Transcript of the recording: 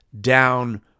down